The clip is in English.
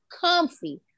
comfy